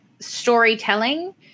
storytelling